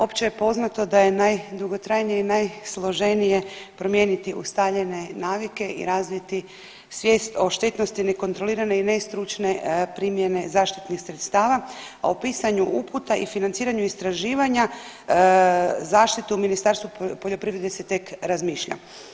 Opće je poznato da je najdugotrajnije i najsloženije promijeniti ustaljene navike i razviti svijest o štetnosti nekontrolirane i nestručne primjene zaštitnih sredstava, a u pisanju uputa i financiranja istraživanja zaštitu u Ministarstvu poljoprivrede se tek razmišlja.